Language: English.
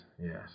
yes